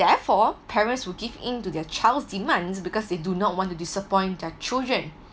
therefore parents will give in to their child's demands because they do not want to disappoint their children